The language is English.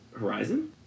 horizon